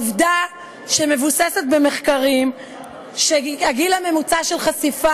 העובדה שמבוססת במחקרים שהגיל הממוצע של חשיפה